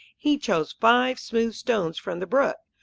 he chose five smooth stones from the brook.